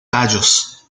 tallos